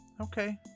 Okay